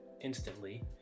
instantly